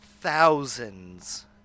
thousands